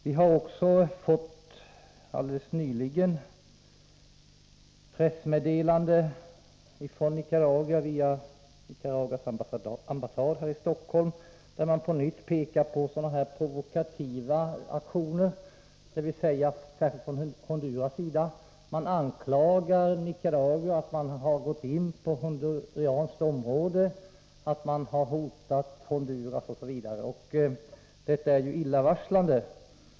Vi har också helt nyligen fått pressmeddelande från Nicaragua, via Nicaraguas ambassad här i Stockholm, där man på nytt pekar på sådana här provokativa aktioner, särskilt från Honduras sida. Nicaragua anklagas för att ha gått in på honduranskt område, för att ha hotat Honduras osv. Detta är illavarslande.